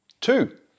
Two